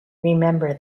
remember